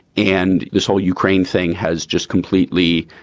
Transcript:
and this whole ukraine thing has just completely,